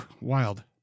Wild